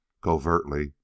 Covertly